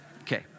Okay